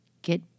Get